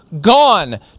Gone